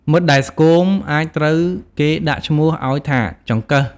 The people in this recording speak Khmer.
មិត្តដែលស្គមអាចត្រូវគេដាក់ឈ្មោះឱ្យថា “ចង្កឹះ”។